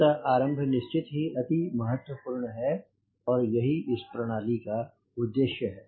अतः आरम्भ निश्चित ही अति महत्वपूर्ण होता है और यही इस प्रणाली का उद्देश्य है